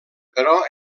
però